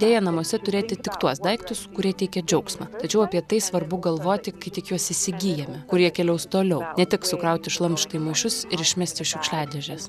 idėja namuose turėti tik tuos daiktus kurie teikia džiaugsmą tačiau apie tai svarbu galvoti kai tik juos įsigyjame kurie keliaus toliau ne tik sukrauti šlamštą į maišus ir išmesti į šiukšliadėžes